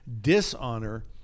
dishonor